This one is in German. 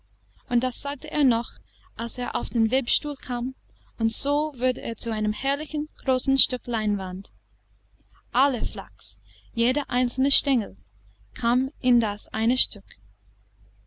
und das sagte er noch als er auf den webstuhl kam und so wurde er zu einem herrlichen großen stück leinwand aller flachs jeder einzelne stengel kam in das eine stück